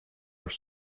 are